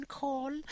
call